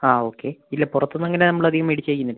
ആ ഓക്കെ ഇല്ല പുറത്തുനിന്ന് അങ്ങന നമ്മൾ അധികം മേടിച്ച് കഴിക്കുന്നില്ല